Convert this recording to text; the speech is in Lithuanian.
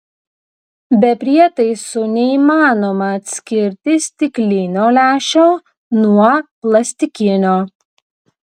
be prietaisų neįmanoma atskirti stiklinio lęšio nuo plastikinio